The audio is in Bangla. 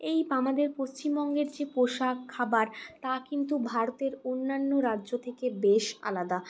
এই আমাদের পশ্চিমবঙ্গের যে পোশাক খাবার তা কিন্তু ভারতের অন্যান্য রাজ্য থেকে বেশ আলাদা